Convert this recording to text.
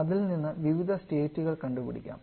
അതിൽനിന്ന് വിവിധ സ്റ്റേറ്റുകൾ കണ്ടുപിടിക്കാം